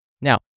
Now